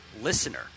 listener